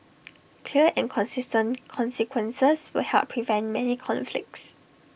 clear and consistent consequences will help prevent many conflicts